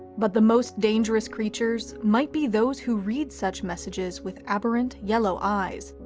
but the most dangerous creatures might be those who read such messages with aberrant, yellow eyes,